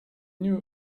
knew